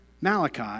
Malachi